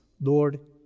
Lord